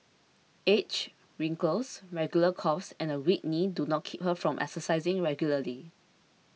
age wrinkles regular coughs and a weak knee do not keep her from exercising regularly